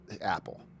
Apple